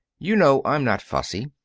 you know i'm not fussy.